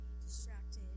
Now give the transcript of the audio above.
distracted